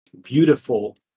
beautiful